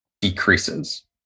decreases